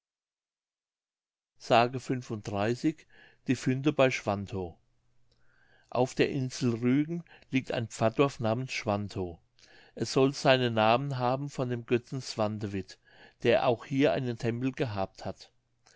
s die fünte bei schwantow auf der insel rügen liegt ein pfarrdorf namens schwantow es soll seinen namen haben von dem götzen swantewit der auch hier einen tempel gehabt hat